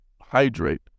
hydrate